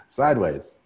sideways